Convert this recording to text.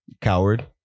Coward